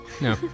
No